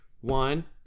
One